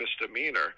misdemeanor